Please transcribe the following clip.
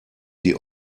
die